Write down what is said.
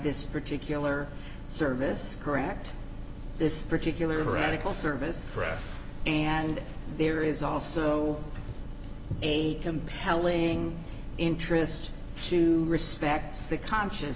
this particular service correct this particular radical service craft and there is also a compelling interest to respect the conscious